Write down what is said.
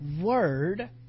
word